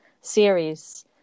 series